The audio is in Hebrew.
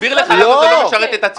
אני אסביר לך למה זה לא משרת את הציבור.